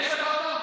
יש לך אותם?